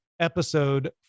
episode